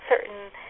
certain